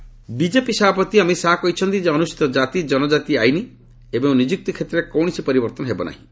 Amit Shah Chhattisgarh BJP ସଭାପତି ଅମିତ ଶାହା କହିଛନ୍ତି ଯେ ଅନୁସୂଚିତ କାତି ଜନଜାତି ଆଇନ ଏବଂ ନିଯୁକ୍ତି କ୍ଷେତ୍ରରେ କୌଣସି ପରିବର୍ତ୍ତନ ହେବ ନାହିଁ